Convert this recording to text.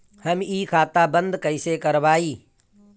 हम इ खाता बंद कइसे करवाई?